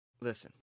Listen